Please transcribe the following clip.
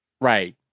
Right